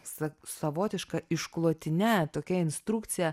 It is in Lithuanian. sa savotiška išklotine tokia instrukcija